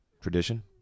tradition